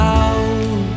out